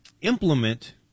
Implement